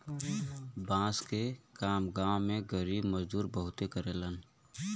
बांस के काम गांव में गरीब मजदूर बहुते करेलन